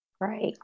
Right